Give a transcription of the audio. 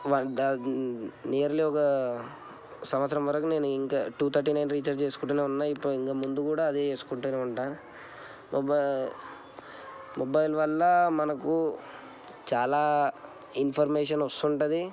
nearly ఒక సంవత్సరం వరకు నేను ఇంకా టూ థర్టీ నైన్ రీఛార్జ్ చేసుకుంటూనే ఉన్నా ఇంకా ముందు కూడా అదే చేసుకుంటూనే ఉంటా మొబైల్ మొబైల్ వల్ల మనకు చాలా ఇన్ఫర్మేషన్ వస్తుంది